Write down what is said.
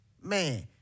Man